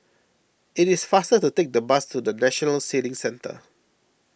it is faster to take the bus to National Sailing Centre